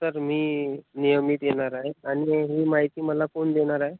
sir मी नियमित येनारा आहे आणि ही माहिती मला कोण देणार आहे